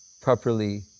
properly